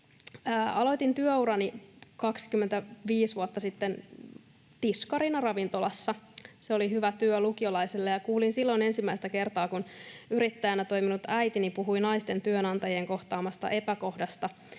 Aloitin työurani 25 vuotta sitten tiskarina ravintolassa. Se oli hyvä työ lukiolaiselle, ja kuulin silloin ensimmäistä kertaa, kun yrittäjänä toiminut äitini puhui naisten työnantajien kohtaamasta epäkohdasta,